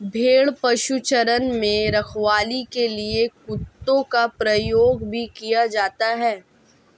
भेड़ पशुचारण में रखवाली के लिए कुत्तों का प्रयोग भी किया जाता है